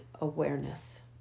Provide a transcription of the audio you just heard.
awareness